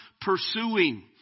pursuing